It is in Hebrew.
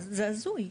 זה הזוי.